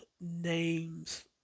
names